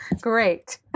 Great